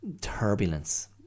turbulence